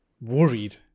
worried